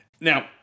Now